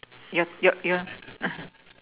your your your